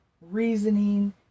reasoning